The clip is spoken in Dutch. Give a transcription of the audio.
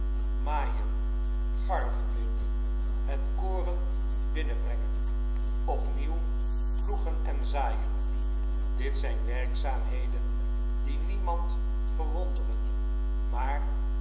maaien garven binden het koren binnen brengen op nieuw ploegen en zaaien dit zijn werkzaamheden die niemand verwonderen maar